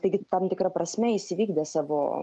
taigi tam tikra prasme jis įvykdė savo